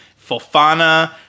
Fofana